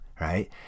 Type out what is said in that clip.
right